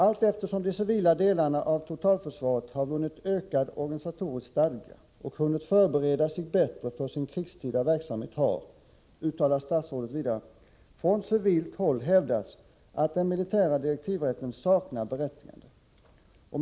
Allteftersom de civila delarna av totalförsvaret har vunnit ökad organisatorisk stadga och hunnit förbereda sig bättre för sin krigstida verksamhet har — uttalar statsrådet vidare — från civilt håll hävdats att den militära direktivrätten saknar berättigande.